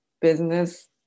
business